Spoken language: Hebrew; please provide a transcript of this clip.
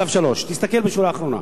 צו 3. תסתכל בשורה האחרונות,